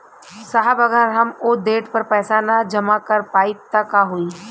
साहब अगर हम ओ देट पर पैसाना जमा कर पाइब त का होइ?